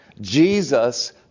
Jesus